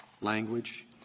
language